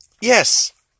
Yes